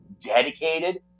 dedicated